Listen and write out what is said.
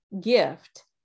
gift